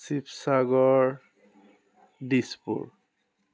Sivasagar Dispur